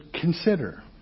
consider